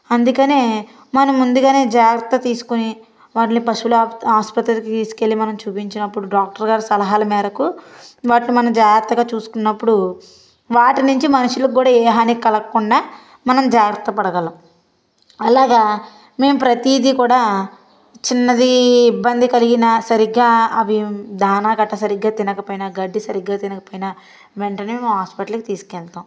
అందుకనే మనం ముందుగానే జాగ్రత్త తీసుకొని వాటిని పశువుల ఆసుపత్రికి తీసుకువెళ్లి మనం చూపించినప్పుడు డాక్టర్ గారు సలహాల మేరకు వాటిని మనం జాగ్రత్తగా చూసుకున్నప్పుడు వాటి నుంచి మనుషులకు కూడా ఏ హాని కలగకుండా మనం జాగ్రత్త పడగలం అలాగా మేము ప్రతిదీ కూడా చిన్నది ఇబ్బంది కలిగిన సరిగ్గా అవి దాన గట్ట సరిగ్గా తినకపోయినా గడ్డి సరిగ్గా తినకపోయినా వెంటనే మ హాస్పిటల్కి తీసుకెళ్తాం